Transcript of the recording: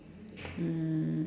mm